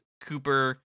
Cooper